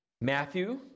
Matthew